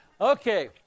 Okay